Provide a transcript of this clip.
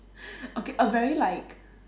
okay a very like